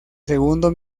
segundo